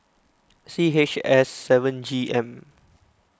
C H S seven G M